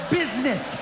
business